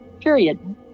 period